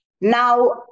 Now